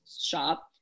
shop